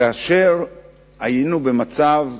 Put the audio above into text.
שכאשר היינו במצב של,